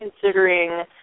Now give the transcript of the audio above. considering